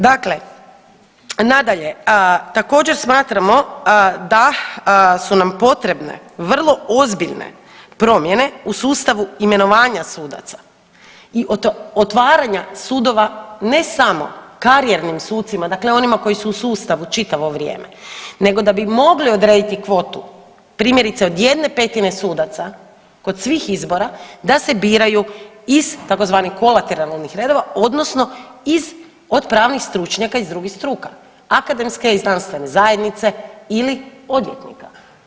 Dakle, nadalje, također smatramo da su nam potrebne vrlo ozbiljne promjene u sustavu imenovanja sudaca i otvaranja sudova ne samo karijernim sucima, dakle onima koji su u sustavu čitavo vrijeme, nego da bi mogli odrediti kvotu, primjerice od 1/5 sudaca kod svih izbora da se biraju iz tzv. kolateralnih redova odnosno iz, od pravnih stručnjaka iz drugih struka, akademske i znanstvene zajednice ili odvjetnika.